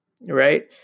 Right